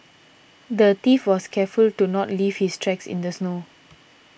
the thief was careful to not leave his tracks in the snow